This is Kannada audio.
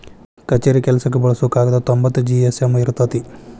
ಕಛೇರಿ ಕೆಲಸಕ್ಕ ಬಳಸು ಕಾಗದಾ ತೊಂಬತ್ತ ಜಿ.ಎಸ್.ಎಮ್ ಇರತತಿ